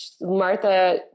Martha